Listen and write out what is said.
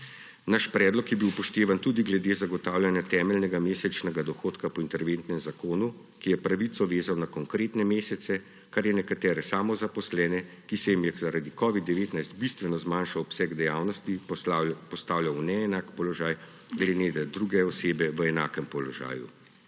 Naš predlog je bil upoštevan tudi glede zagotavljanja temeljnega mesečnega dohodka po interventnem zakonu, ki je pravico vezal na konkretne mesece, kar je nekatere samozaposlene, ki se jim je zaradi covida-19 bistveno zmanjšal obseg dejavnosti, postavljalo v neenak položaj glede na druge osebe v enakem položaju.